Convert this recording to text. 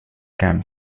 camp